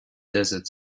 desert